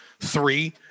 three